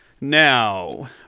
Now